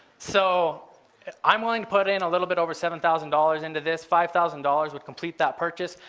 so i'm willing to put in a little bit over seven thousand dollars into this five thousand dollars would complete that purchase.